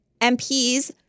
MPs